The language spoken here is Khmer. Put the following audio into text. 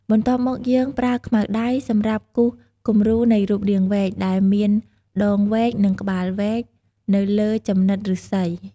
បន្ទាប់់មកយើង ប្រើខ្មៅដៃសម្រាប់គូសគម្រូនៃរូបរាងវែក ដែលមាន ដងវែក និង ក្បាលវែក នៅលើចំណិតឫស្សី។